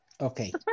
Okay